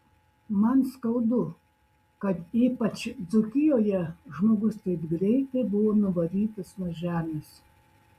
man skaudu kad ypač dzūkijoje žmogus taip greitai buvo nuvarytas nuo žemės